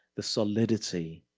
the solidity,